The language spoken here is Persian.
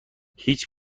هیچ